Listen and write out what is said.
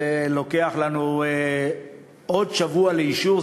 אז זה לוקח לנו עוד שבוע לאישור.